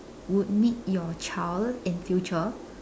would make your child in future